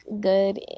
good